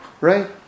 Right